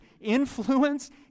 influence